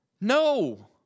no